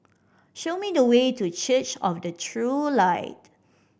show me the way to Church of the True Light